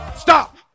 Stop